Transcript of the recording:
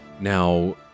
Now